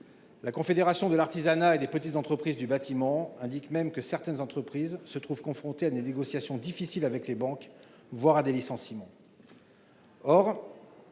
La Confédération de l'artisanat et des petites entreprises du bâtiment (Capeb) indique même que certaines entreprises se trouvent confrontées à des négociations difficiles avec les banques et qu'elles sont